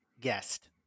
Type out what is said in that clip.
guest